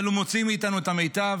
הוא מוציא מאיתנו את המיטב.